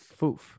Foof